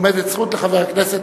עמיתי חבר הכנסת